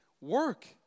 Work